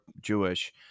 Jewish